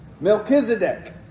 Melchizedek